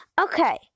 Okay